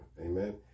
Amen